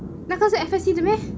那个是 F_S_T 的 meh